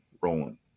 rolling